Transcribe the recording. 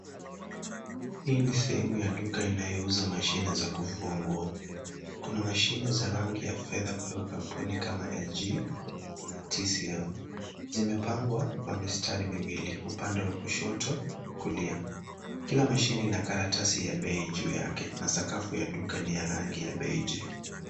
Hii ni sehemu ya duka inayouza mashine za kufungwa. Kuna mashine za rangi ya fedha kutoka kampuni kama LG na TCL. Zimepangwa kwa mistari miwili, upande wa kushoto, kulia. Kila mashine ina karatasi ya bei juu yake na sakafu ya duka ni ya rangi ya beige .